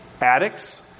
addicts